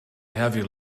heavy